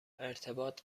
ارتباط